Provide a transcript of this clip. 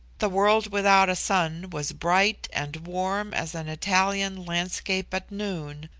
the world without a sun was bright and warm as an italian landscape at noon,